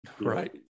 right